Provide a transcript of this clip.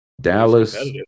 Dallas